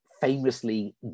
famously